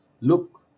Look